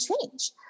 change